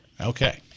Okay